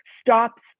stops